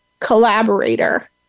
collaborator